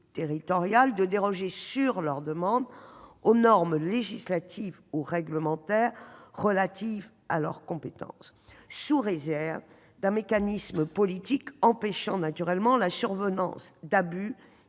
de déroger, sur leur demande, aux normes législatives ou réglementaires relatives à leurs compétences, sous réserve d'un mécanisme politique empêchant la survenance d'abus et garantissant